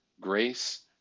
grace